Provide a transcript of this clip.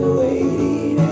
waiting